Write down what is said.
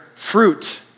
Fruit